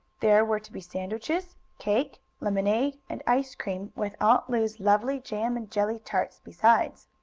there were to be sandwiches, cake, lemonade and ice cream, with aunt lu's lovely jam and jelly tarts besides.